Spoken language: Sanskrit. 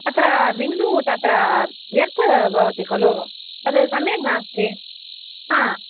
अत्र बिन्दुः तत्र व्यर्थः भवति खलु तद् सम्यक् नास्ति हा